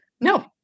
No